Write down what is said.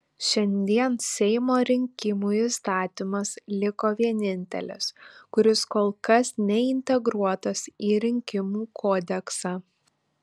šiandien seimo rinkimų įstatymas liko vienintelis kuris kol kas neintegruotas į rinkimų kodeksą